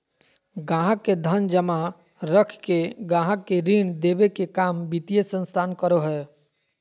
गाहक़ के धन जमा रख के गाहक़ के ऋण देबे के काम वित्तीय संस्थान करो हय